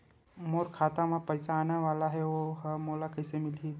मोर खाता म पईसा आने वाला हे ओहा मोला कइसे मिलही?